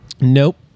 Nope